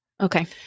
Okay